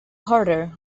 harder